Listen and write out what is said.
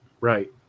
Right